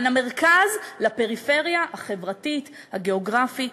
בין המרכז לפריפריה החברתית והגיאוגרפית.